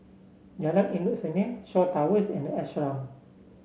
Jalan Endut Senin Shaw Towers and the Ashram